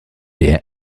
der